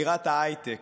בירת ההייטק,